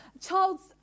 child's